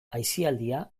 aisialdia